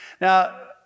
Now